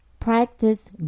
practice